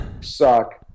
suck